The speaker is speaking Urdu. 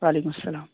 و علیکم السلام